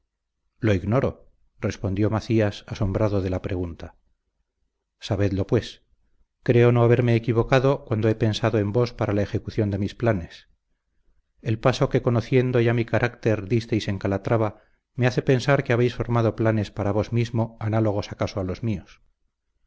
lo ignoro respondió macías asombrado de la pregunta sabedlo pues creo no haberme equivocado cuando he pensado en vos para la ejecución de mis planes el paso que conociendo ya mi carácter disteis en calatrava me hace pensar que habéis formado planes para vos mismo análogos acaso a los míos